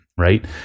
right